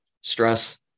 stress